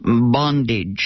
bondage